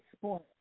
sport